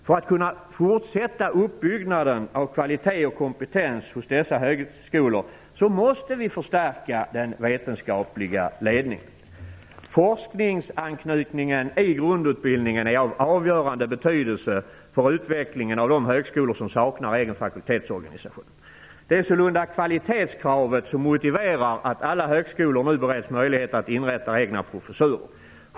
För att kunna fortsätta uppbyggnaden av kvalitet och kompetens hos dessa högskolor måste vi förstärka den vetenskapliga ledningen. Forskningsanknytningen i grundutbildningen är av avgörande betydelse för utvecklingen av de högskolor som saknar egen fakultetsorganisation. Det är sålunda kvalitetskravet som motiverar att alla högskolor nu bereds möjlighet att inrätta egna professurer.